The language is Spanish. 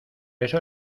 eso